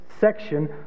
section